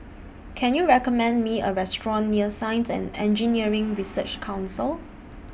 Can YOU recommend Me A Restaurant near Science and Engineering Research Council